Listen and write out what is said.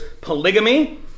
polygamy